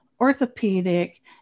orthopedic